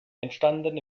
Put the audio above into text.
entstanden